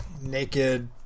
naked